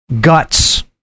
guts